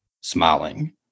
smiling